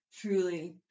truly